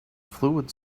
fluid